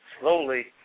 slowly